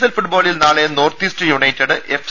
L ഫുട്ബോളിൽ നാളെ North East United F